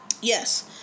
yes